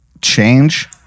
change